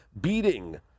beating